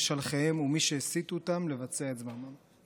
משלחיהם ומי שהסיתו אותם לבצע את זממם.